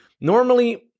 normally